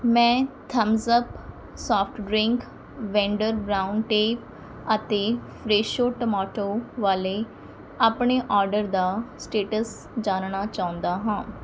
ਮੈਂ Thums Up soft drink vendor brown tea ਅਤੇ Fresho tomato ਵਾਲੇ ਆਪਣੇ ਆਰਡਰ ਦਾ ਸਟੇਟਸ ਜਾਣਨਾ ਚਾਹੁੰਦਾ ਹਾਂ